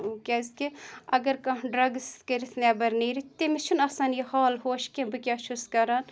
کیٛازِکہِ اگر کانٛہہ ڈرٛگٕس کٔرِتھ نٮ۪بَر نیرِ تٔمِس چھِنہٕ آسان یہِ ہال ہوش کہِ بہٕ کیٛاہ چھُس کَران